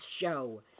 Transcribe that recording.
show